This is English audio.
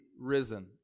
risen